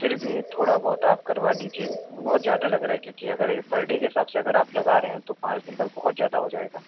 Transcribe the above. फिर भी थोड़ा बहुत आप करवा दीजिए बहुत ज्यादा लग रहा है क्योंकि अगर पर डे के हिसाब से अगर आप लगा रहे हैं तो पाँच दिन का बहुत ज्यादा हो जाएगा